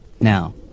Now